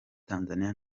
tanzania